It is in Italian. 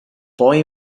poi